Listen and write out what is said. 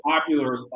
popular